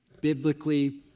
biblically